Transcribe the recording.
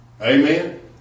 Amen